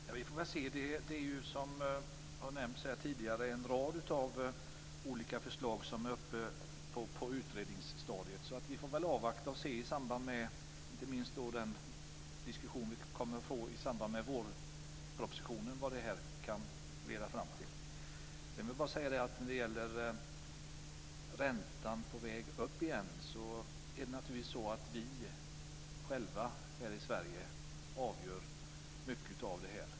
Fru talman! Vi får väl se. Det är ju, som nämnts här tidigare, en rad olika förslag som är på utredningsstadiet. Vi får väl avvakta och se, inte minst i samband med den diskussion vi kommer att få i anslutning till vårpropositionen, vad det här kan leda fram till. Sedan vill jag ta upp detta med att räntan är på väg upp igen. Det är naturligtvis vi själva här i Sverige som avgör mycket av det här.